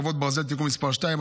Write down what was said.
חרבות ברזל) (תיקון מס' 2),